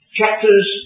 chapters